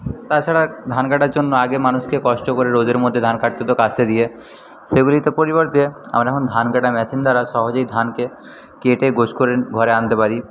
তাছাড়া ধান কাটার জন্য আগে মানুষকে কষ্ট করে রোদের মধ্যে ধান কাটতে হত কাস্তে দিয়ে সেগুলিতে পরিবর্তে আমরা এখন ধান কাঁটার মেশিন দ্বারা সহজেই ধানকে কেটে গোছ করে ঘরে আনতে পারি